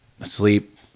asleep